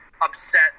upset